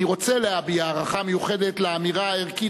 אני רוצה להביע הערכה מיוחדת לאמירה הערכית